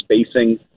spacing